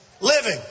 living